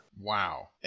Wow